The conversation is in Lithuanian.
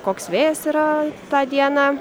koks vėjas yra tą dieną